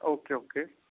okay okay